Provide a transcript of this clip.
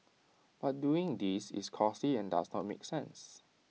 but doing this is costly and does not make sense